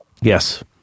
Yes